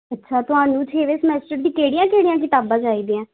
ਅੱਛਾ ਤੁਹਾਨੂੰ ਛੇਵੇਂ ਸਮੈਸਟਰ ਦੀ ਕਿਹੜੀਆਂ ਕਿਹੜੀਆਂ ਕਿਤਾਬਾਂ ਚਾਹੀਦੀਆਂ